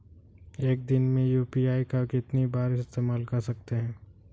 एक दिन में यू.पी.आई का कितनी बार इस्तेमाल कर सकते हैं?